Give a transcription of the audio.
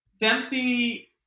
Dempsey